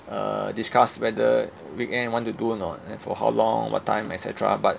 err discuss whether weekend want to do or not and for how long what time et cetera but